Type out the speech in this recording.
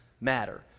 matter